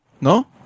No